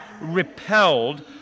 repelled